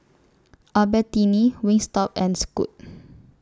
Albertini Wingstop and Scoot